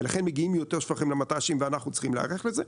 ולכן מגיעים יותר שפכים למט"שים ואנחנו צריכים להיערך לזה,